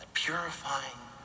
Purifying